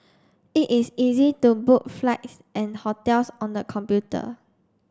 it is easy to book flights and hotels on the computer